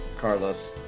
Carlos